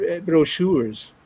brochures